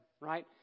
Right